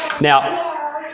Now